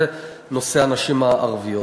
ובנושא הנשים הערביות,